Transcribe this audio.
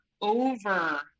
over